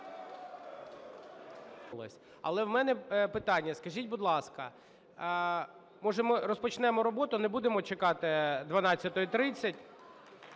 Але в мене питання. Скажіть, будь ласка, може, ми розпочнемо роботу, не будемо чекати 12:30?